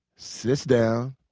sits down.